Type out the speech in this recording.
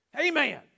amen